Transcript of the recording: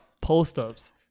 post-ups